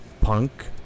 punk